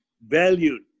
valued